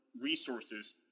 resources